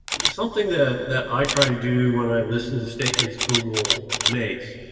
something that that i try to do when i listen to statements google makes,